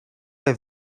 der